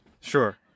Sure